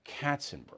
Katzenberg